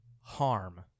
Harm